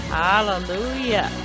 hallelujah